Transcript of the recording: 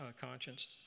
conscience